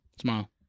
smile